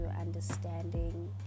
understanding